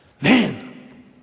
man